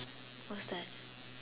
what's that